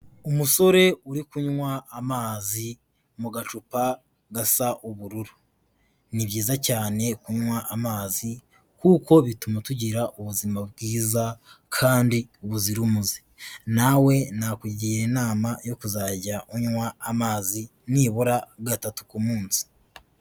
Umusore uri kunywa amazi mu gacupa gasa ubururu. Ni byiza cyane kunywa amazi, kuko bituma tugira ubuzima bwiza kandi buzira umuze. Nawe nakugira inama yo kuzajya unywa amazi ,nibura gatatu ku munsi.